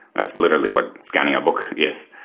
that's literally what scanning a book is.